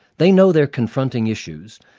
they know they're confronting issues,